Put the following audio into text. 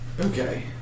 Okay